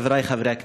חברי חברי הכנסת,